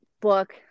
book